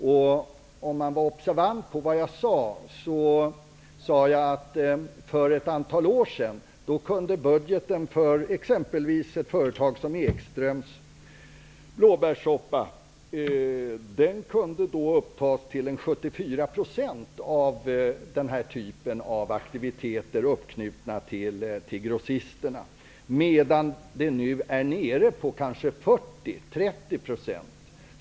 Om man var observant på vad jag sade kunde man notera att jag nämnde att budgeten för exempelvis ett företag som Ekströms, som gör bl.a. blåbärsoppa, för ett antal år sedan kunde upptas till 74 % av SA/VA aktiviteter, uppknutna till grossisterna. Nu är den nere på kanske på 40 eller 30 %.